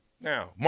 Now